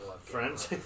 Friends